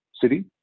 city